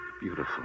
Beautiful